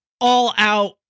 all-out